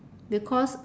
because